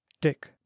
Dick